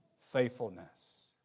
faithfulness